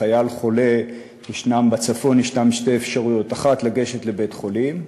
לחייל חולה בצפון יש שתי אפשרויות: 1. לפנות לבית-חולים,